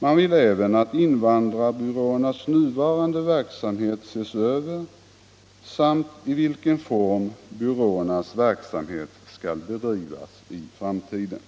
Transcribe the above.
Reservanterna vill även att invandrarbyråernas nuvarande verksamhet ses över samt att man undersöker i vilken form byråernas verksamhet skall bedrivas i framtiden.